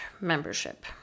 membership